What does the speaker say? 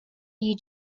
you